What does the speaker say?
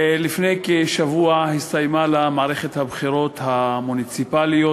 לפני כשבוע הסתיימה לה מערכת הבחירות המוניציפליות,